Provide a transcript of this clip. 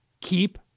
Keep